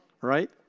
right